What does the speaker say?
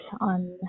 on